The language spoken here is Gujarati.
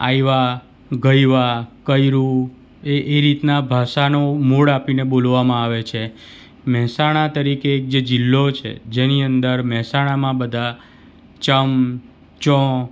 આયવા ગયવા કયરું એ એ રીતના ભાષાનો મોળ આપીને બોલવામાં આવે છે મહેસાણા તરીકે એક જે જીલ્લો છે જેની અંદર મહેસાણામાં બધા ચમ ચો